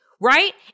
Right